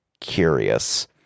curious